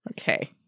Okay